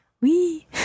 Oui